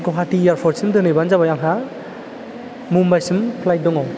गवाहाटि एयारपर्टसिम दोनहैबानो जाबाय आंहा मुम्बाइसिम फ्लाइट दङ